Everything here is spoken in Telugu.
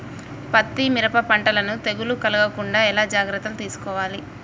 పత్తి మిరప పంటలను తెగులు కలగకుండా ఎలా జాగ్రత్తలు తీసుకోవాలి?